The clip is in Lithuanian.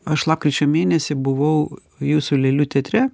aš lapkričio mėnesį buvau jūsų lėlių teatre